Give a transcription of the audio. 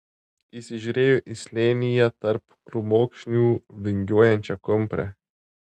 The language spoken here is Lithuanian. įsižiūrėjo į slėnyje tarp krūmokšnių vingiuojančią kumprę